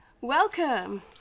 Welcome